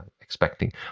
expecting